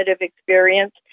experience